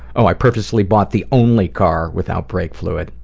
ah i purposefully bought the only car without brake fluid.